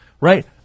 right